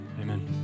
amen